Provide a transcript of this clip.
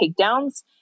takedowns